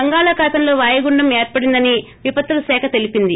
బంగాళాఖాతంలో వాయుగుండం ఏర్పడిందని విపత్తుల శాఖ తెలిపింది